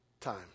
time